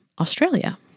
Australia